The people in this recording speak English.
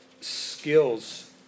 skills